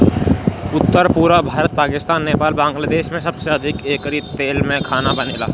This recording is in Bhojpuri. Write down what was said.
उत्तर, पुरब भारत, पाकिस्तान, नेपाल, बांग्लादेश में सबसे अधिका एकरी तेल में खाना बनेला